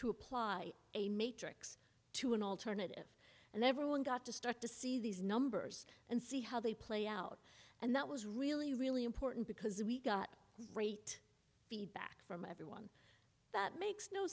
to apply a matrix to an alternative and everyone got to start to see these numbers and see how they play out and that was really really important because we got great feedback from a that makes no